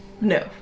No